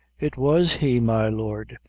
it was he, my lord,